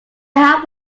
have